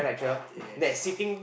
yes